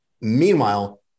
Meanwhile